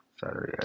Saturday